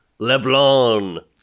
Leblon